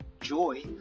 joy